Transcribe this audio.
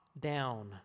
down